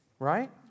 right